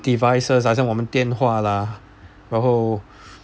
devices 好像我们电话啦然后